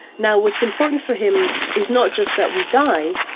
now what's important for him, is not just that we die,